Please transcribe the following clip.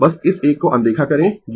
बस इस एक को अनदेखा करें यह एक